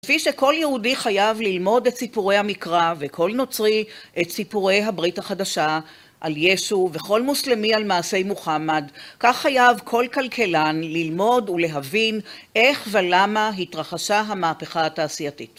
כפי שכל יהודי חייב ללמוד את סיפורי המקרא וכל נוצרי את סיפורי הברית החדשה על ישו וכל מוסלמי על מעשי מוחמד, כך חייב כל כלכלן ללמוד ולהבין איך ולמה התרחשה המהפכה התעשייתית.